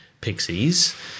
pixies